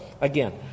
again